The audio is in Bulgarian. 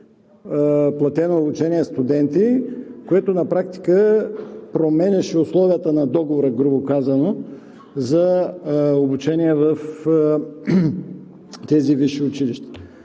платено обучение студенти, което на практика променяше условията на договор, грубо казано, за обучение. В този смисъл